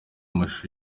amashusho